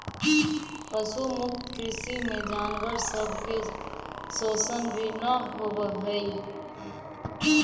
पशु मुक्त कृषि में जानवर सब के शोषण भी न होब हई